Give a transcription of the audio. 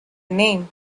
name